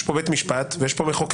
יש כאן בית משפט ויש כאן מחוקק.